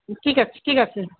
ঠিক আছে ঠিক আছে